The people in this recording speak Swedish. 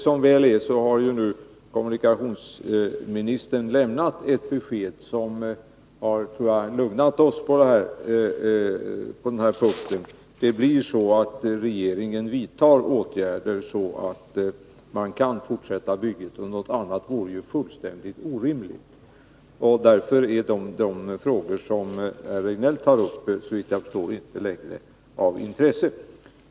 Som väl är har kommunikationsministern nu lämnat ett, som jag upplever det, lugnande besked på den här punkten. Det blir på det sättet att regeringen vidtar åtgärder så att man kan fortsätta bygget. Något annat vore fullständigt orimligt. Såvitt jag förstår är därför de frågor som Eric Rejdnell tar upp inte längre av intresse.